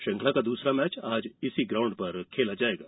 श्रृंखला का दूसरा मैच आज इसी ग्राउंड पर खेला जाएगा